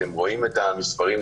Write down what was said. אתם רואים את המספרים,